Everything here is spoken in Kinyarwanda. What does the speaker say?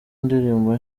ndirimbo